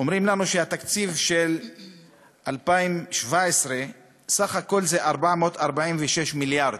אומרים לנו שהתקציב של 2017 בסך הכול זה 446 מיליארד,